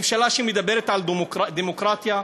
ממשלה שמדברת על דמוקרטיה,